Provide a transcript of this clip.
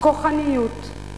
כוחניות,